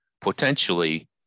potentially